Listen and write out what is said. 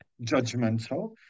judgmental